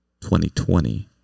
2020